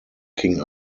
king